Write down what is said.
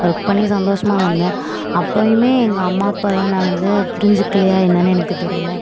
work பண்ணி சந்தோஷமாகதான் இருந்தேன் அப்பயுமே எங்கள் அம்மா அப்பா என்ன வந்து புரிஞ்சுக்கில்லையா என்னன்னு எனக்கு தெரியல